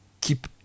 keep